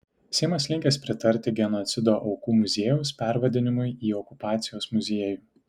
seimas linkęs pritarti genocido aukų muziejaus pervadinimui į okupacijos muziejų